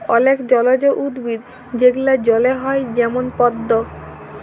অলেক জলজ উদ্ভিদ যেগলা জলে হ্যয় যেমল পদ্দ